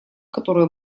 которое